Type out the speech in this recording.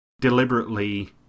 deliberately